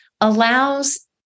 allows